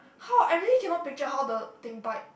how I really cannot picture how the thing bite